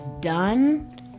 done